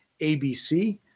ABC